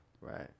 right